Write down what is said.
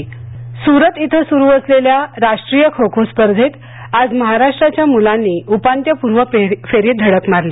राष्ट्रीय खो खो स्पर्धा सुरत इथं सुरु असलेल्या राष्ट्रीय खो खो स्पर्धेत आज महाराष्ट्राच्या मुलांनी उपांत्यपूर्व फेरीत धडक मारली